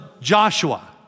Joshua